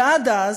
ועד אז,